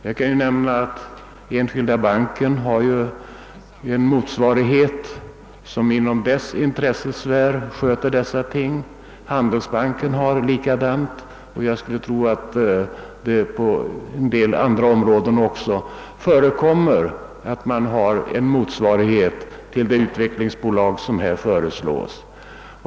Jag kan nämna att Enskilda banken har en motsvarighet, som inom dess intressesfär sköter dessa ting. Handelsbanken har en likadan, och på en del andra områden förekommer det väl också en motsvarighet till det utvecklingsbolag som nu föreslås.